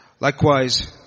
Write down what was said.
Likewise